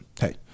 hey